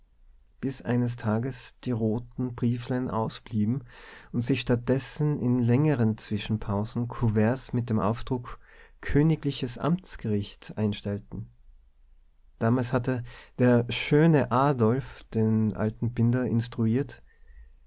bis eines tags die roten brieflein ausblieben und sich statt dessen in längeren zwischenpausen kuverts mit dem aufdruck kgl amtsgericht einstellten damals hatte der schöne adolf den alten binder instruiert